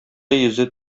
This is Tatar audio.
йөзе